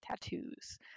tattoos